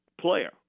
player